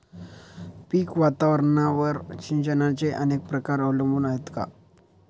पीक वातावरणावर सिंचनाचे अनेक प्रकार अवलंबून आहेत का?